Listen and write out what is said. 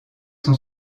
sont